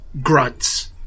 grunts